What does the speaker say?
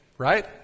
Right